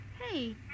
Hey